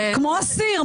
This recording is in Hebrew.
כמו אסיר.